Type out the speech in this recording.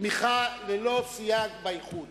תמיכה ללא סייג באיחוד